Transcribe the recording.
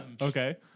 Okay